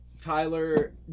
Tyler